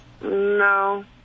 No